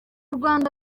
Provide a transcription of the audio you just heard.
rwanda